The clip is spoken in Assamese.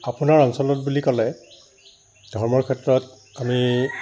আপোনাৰ অঞ্চলত বুলি ক'লে ধৰ্মৰ ক্ষেত্ৰত আমি